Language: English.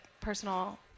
personal